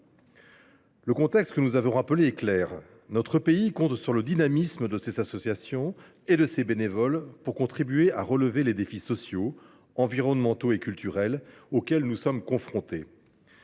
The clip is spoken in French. Le contexte que nous avons rappelé est clair : notre pays compte sur le dynamisme de ses associations et de ses bénévoles pour contribuer à relever les défis sociaux, environnementaux et culturels auxquels nous sommes confrontés.